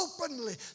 openly